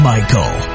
Michael